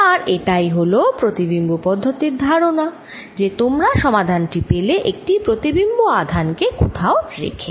আর এতাই হল প্রতিবিম্ব পদ্ধতির ধারণা যে তোমরা সমাধান টি পেলে একটি প্রতিবিম্ব আধান কে কোথাও রেখে